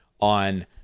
on